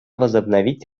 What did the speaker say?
возобновить